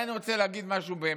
טיפה מגרדים.